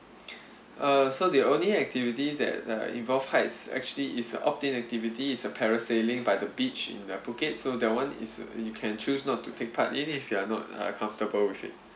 uh so the only activities that uh involve heights actually is a opt in activity is a parasailing by the beach in the phuket so that one is you can choose not to take part in if you are not uh comfortable with it